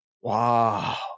Wow